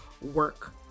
work